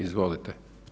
Izvolite.